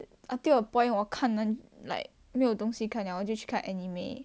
until a point 我看完 like 没有东西看了我就去看 anime